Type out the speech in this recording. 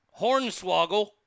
Hornswoggle